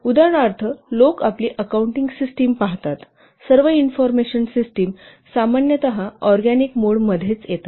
उदाहरणार्थ लोक आपली अकाउंटिंग सिस्टिम पाहतात सर्व इन्फॉर्मेशन सिस्टिम सामान्यत ऑरगॅनिक मोड मध्ये येतात